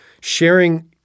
sharing